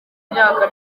imyaka